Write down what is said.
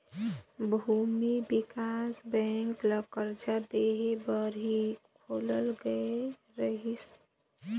भूमि बिकास बेंक ल करजा देहे बर ही खोलल गये रहीस